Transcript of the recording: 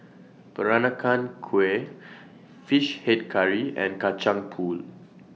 Peranakan Kueh Fish Head Curry and Kacang Pool